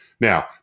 Now